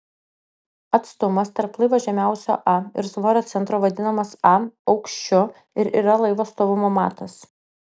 atstumas tarp laivo žemiausio a ir svorio centro vadinamas a aukščiu ir yra laivo stovumo matas